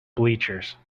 bleachers